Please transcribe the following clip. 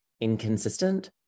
inconsistent